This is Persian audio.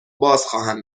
بازخواهم